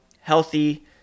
healthy